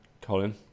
Colin